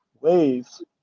waves